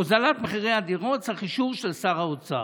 הורדת מחירי הדירות מצריכה אישור של שר האוצר,